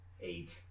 Eight